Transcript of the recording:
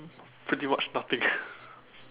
pretty much nothing